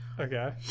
Okay